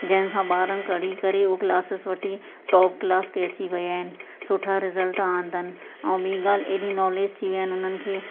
जंहिं सां ॿारनि कड़ी करे उहो क्लासिस वठी टॉप क्लास ते अची विया आहिनि सुठा रिज़्ल्ट आणणु ऐं ॿी ॻाल्हि एॾी नॉलेज थी विया आहिनि उन्हनि खे